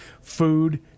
food